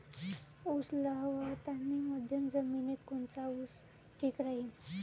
उस लावतानी मध्यम जमिनीत कोनचा ऊस ठीक राहीन?